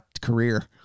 career